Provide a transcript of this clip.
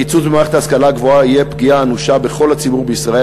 הקיצוץ במערכת ההשכלה הגבוהה יהיה פגיעה אנושה בכל הציבור בישראל,